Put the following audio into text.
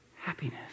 happiness